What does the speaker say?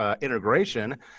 integration